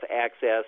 access